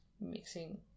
mixing